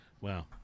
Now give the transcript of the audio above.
Wow